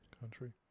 country